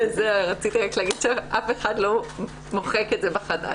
רציתי רק להגיד שאף אחד לא מוחק את זה בחדש,